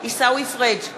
עיסאווי פריג'